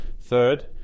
Third